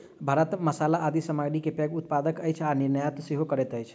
भारत मसाला आदि सामग्री के पैघ उत्पादक अछि आ निर्यात सेहो करैत अछि